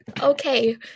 Okay